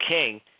king